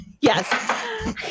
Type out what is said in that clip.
Yes